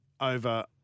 over